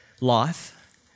life